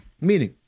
Meaning